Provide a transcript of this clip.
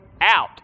out